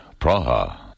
Praha